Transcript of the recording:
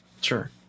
Sure